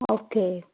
okay